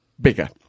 bigger